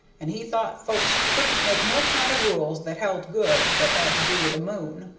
and he thought folks couldn't make no kind of rules that held good, that had to do with the moon.